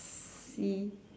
see